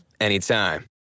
anytime